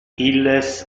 illes